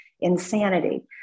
insanity